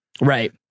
right